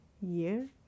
year